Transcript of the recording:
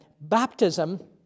baptism